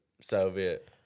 Soviet